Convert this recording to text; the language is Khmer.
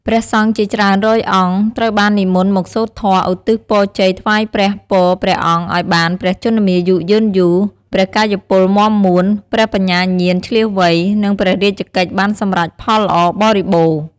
ព្រះសង្ឃជាច្រើនរយអង្គត្រូវបាននិមន្តមកសូត្រធម៌ឧទ្ទិសពរជ័យថ្វាយព្រះពរព្រះអង្គឲ្យបាន ព្រះជន្មាយុយឺនយូរ ព្រះកាយពលមាំមួន ព្រះបញ្ញាញាណឈ្លាសវៃ និងព្រះរាជកិច្ចបានសម្រេចផលល្អបរិបូរណ៍។